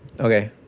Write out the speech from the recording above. okay